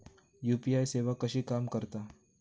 UPI सेवा कशी काम करता?